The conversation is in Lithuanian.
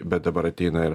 bet dabar ateina ir